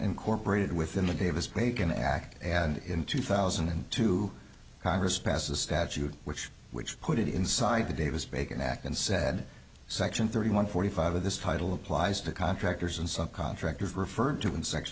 incorporated within the davis bacon act and in two thousand and two congress passed a statute which which put it inside the davis bacon act and said section thirty one forty five of this title applies to contractors and subcontractors referred to in sect